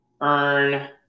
earn